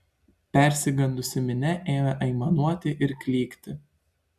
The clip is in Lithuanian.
persigandusi minia ėmė aimanuoti ir klykti